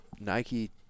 nike